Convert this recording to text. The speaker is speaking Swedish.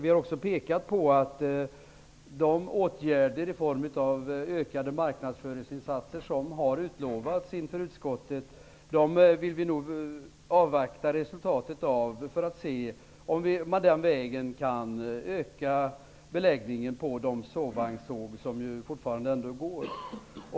Vi har också pekat på att vi nog vill avvakta resultatet av de åtgärder i form av ökade marknadsföringsinsatser som har utlovats inför utskottet för att se om man den vägen kan öka beläggningen på de sovvagnståg som ju fortfarande ännu går.